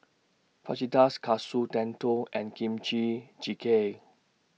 Fajitas Katsu Tendon and Kimchi Jjigae